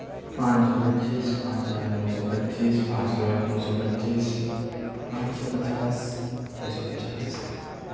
پانچ سو پچیس پانچ ہزار نو سو پچیس پانچ لاکھ نو سو پچیس پانچ سو پچاس چھ سو پچاس